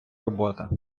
робота